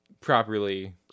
properly